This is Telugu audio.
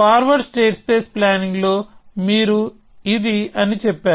ఫార్వర్డ్ స్టేట్ స్పేస్ ప్లానింగ్ లో మీరు ఇది అని చెప్పారు